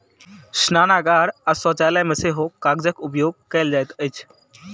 स्नानागार आ शौचालय मे सेहो कागजक उपयोग कयल जाइत अछि